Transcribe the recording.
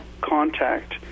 contact